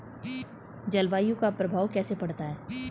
जलवायु का प्रभाव कैसे पड़ता है?